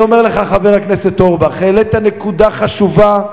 אני אומר לך, חבר הכנסת אורבך, העלית נקודה חשובה.